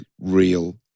real